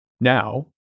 Now